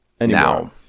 now